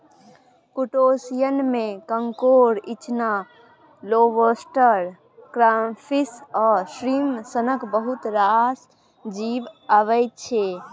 क्रुटोशियनमे कांकोर, इचना, lobster, crayfish आ श्रिंप सनक बहुत रास जीब अबै छै